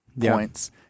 points